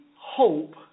hope